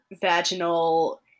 vaginal